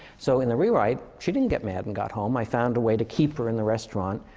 so in the rewrite, she didn't get made and got home. i found a way to keep her in the restaurant,